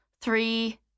Three